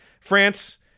France